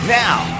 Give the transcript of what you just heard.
now